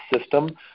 system